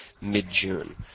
mid-June